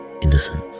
innocence